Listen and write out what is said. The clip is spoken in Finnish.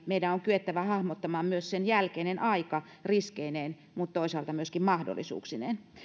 meidän on kyettävä hahmottamaan myös sen jälkeinen aika riskeineen mutta toisaalta myöskin mahdollisuuksineen